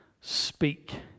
speak